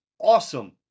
awesome